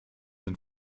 and